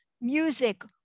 music